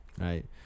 right